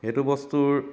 সেইটো বস্তুৰ